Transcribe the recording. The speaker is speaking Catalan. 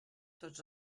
tots